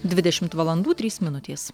dvidešimt valandų trys minutės